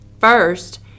First